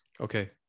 Okay